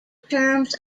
terms